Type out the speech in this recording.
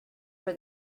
for